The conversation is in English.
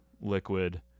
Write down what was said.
liquid